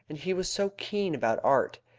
he was so keen about art.